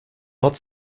had